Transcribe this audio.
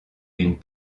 une